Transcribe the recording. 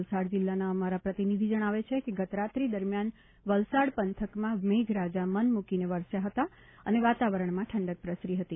વલસાડ જિલ્લાના અમારા પ્રતિનિધિ જણાવે છે કે ગતરાત્રી દરમ્યાન વલસાડ પંથકમાં મેઘરાજા મન મૂકીને વરસ્યા હતા અને વાતાવરણમાં ઠંડક પ્રસરી હતી